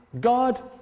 God